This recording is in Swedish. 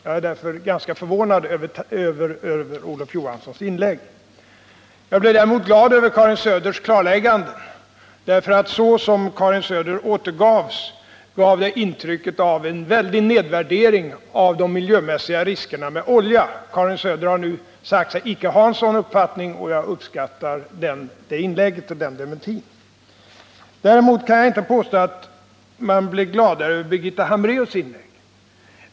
Jag är därför ganska förvånad över Olof Johanssons inlägg. Karin Söders klarläggande gladde mig så mycket mer. Så som Karin Söder har återgivits har man fått intrycket att hon ägnat sig åt en väldig nedvärdering av de miljömässiga riskerna med olja. Karin Söder har nu sagt sig icke ha en sådan uppfattning, och jag uppskattar den dementin. Däremot kan jag inte påstå att jag blev gladare över Birgitta Hambraeus inlägg.